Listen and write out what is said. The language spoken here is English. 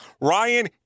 Ryan